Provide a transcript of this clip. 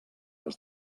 els